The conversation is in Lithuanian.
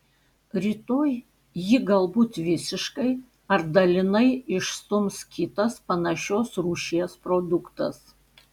rytoj jį galbūt visiškai ar dalinai išstums kitas panašios rūšies produktas